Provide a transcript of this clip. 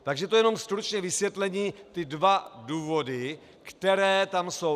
Takže to jenom stručně vysvětlení, ty dva důvody, které tam jsou.